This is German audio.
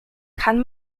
kann